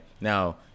Now